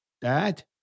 dad